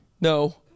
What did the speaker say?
No